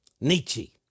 Nietzsche